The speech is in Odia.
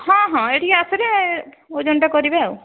ହଁ ହଁ ଏଠିକି ଆସିଲେ ଓଜନଟା କରିବେ ଆଉ